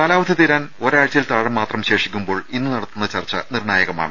കാലാവധി തീരാൻ ഒരാഴ്ചയിൽ താഴെ മാത്രം ശേഷിക്കുമ്പോൾ ഇന്ന് നടത്തുന്ന ചർച്ച നിർണ്ണായകമാണ്